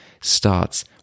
starts